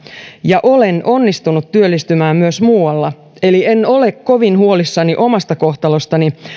ja olen onnistunut työllistymään myös muualla eli en ole kovin huolissani omasta kohtalostani